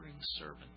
servant